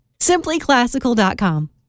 Simplyclassical.com